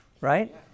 right